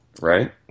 Right